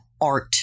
art